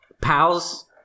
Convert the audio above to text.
pals